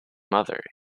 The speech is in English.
mother